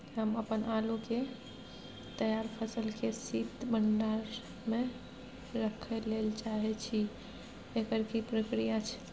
हम अपन आलू के तैयार फसल के शीत भंडार में रखै लेल चाहे छी, एकर की प्रक्रिया छै?